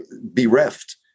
bereft